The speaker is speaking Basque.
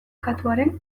katuaren